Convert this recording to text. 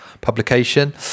publication